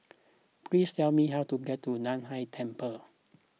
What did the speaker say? please tell me how to get to Nan Hai Temple